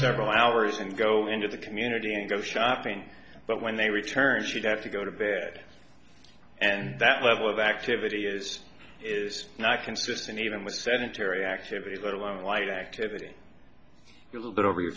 several hours and go into the community and go shopping but when they returned she'd have to go to bed and that level of activity is is not consistent even with sedentary activity let alone light activity little bit over